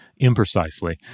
imprecisely